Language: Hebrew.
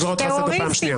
אני קורא אותך לסדר פעם שנייה.